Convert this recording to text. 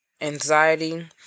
anxiety